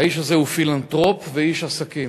האיש הזה הוא פילנתרופ ואיש עסקים.